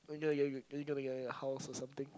you you you are you going to get a house or something